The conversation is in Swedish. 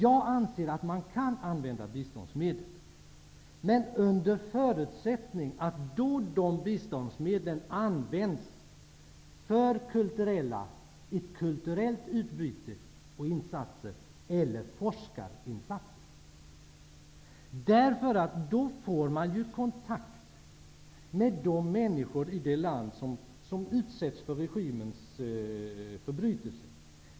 Jag anser att man kan använda biståndsmedel men under förutsättning att dessa biståndsmedel går till insatser för ett kulturellt utbyte eller forskarinsatser. Då får man ju kontakt med de människor som utsätts för regimens förbrytelser.